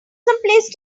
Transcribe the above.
someplace